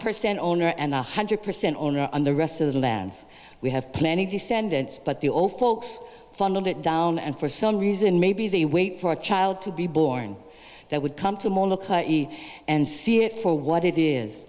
percent owner and one hundred percent owner on the rest of the lands we have plenty of descendants but the old folks funneled it down and for some reason maybe they wait for a child to be born that would come to and see it for what it is